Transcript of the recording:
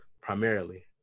primarily